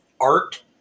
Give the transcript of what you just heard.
art